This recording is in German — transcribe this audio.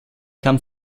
kann